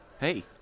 Hey